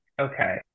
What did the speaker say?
Okay